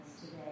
today